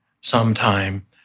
sometime